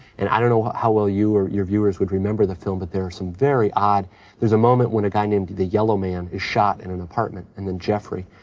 and i don't know how well you or your viewers would remember the film, but there are some very odd there's a moment when a guy named the yellow man is shot in an apartment and then jeffrey,